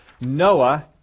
Noah